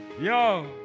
Yo